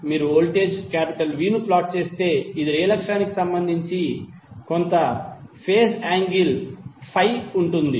మీరు voltage V ను plot చేస్తే ఇది రియల్ అక్షానికి సంబంధించి కొంత ఫేజ్ యాంగిల్ ఫై ఉంటుంది